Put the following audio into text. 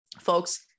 folks